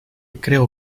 creo